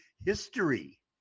history